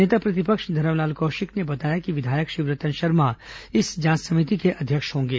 नेता प्रतिपक्ष धरमलाल कौशिक ने बताया कि विधायक शिवरतन शर्मा इस जांच समिति के अध्यक्ष होंगे